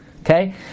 Okay